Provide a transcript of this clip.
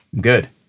good